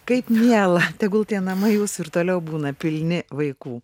kaip miela tegul tie namai jūsų ir toliau būna pilni vaikų